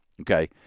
Okay